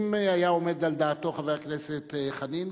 אם היה עומד על דעתו חבר הכנסת חנין,